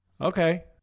Okay